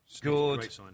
good